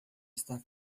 está